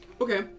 Okay